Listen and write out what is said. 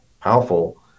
powerful